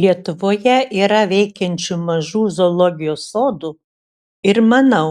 lietuvoje yra veikiančių mažų zoologijos sodų ir manau